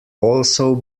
also